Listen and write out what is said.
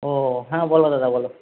ও হ্যাঁ বলো দাদা বলো